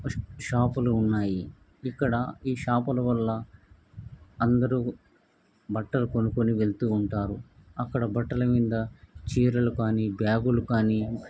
ష షాపులు ఉన్నాయి ఇక్కడ ఈ షాపుల వల్ల అందరు బట్టలు కొనుకోని వెళుతు ఉంటారు అక్కడ బట్టల మీద చీరలు కానీ బ్యాగులు కానీ